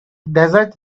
desert